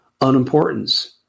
unimportance